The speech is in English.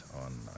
on